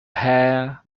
hair